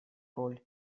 роль